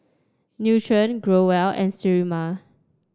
Nutren Growell and Sterimar